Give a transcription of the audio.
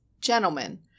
Gentlemen